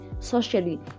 socially